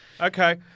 Okay